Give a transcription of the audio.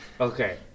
Okay